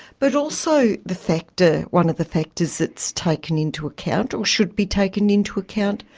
but also the factor, one of the factors that's taken into account, or should be taken into account,